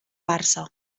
barça